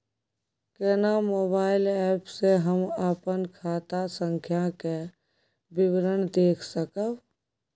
केना mobile app से हम अपन खाता संख्या के विवरण देख सकब?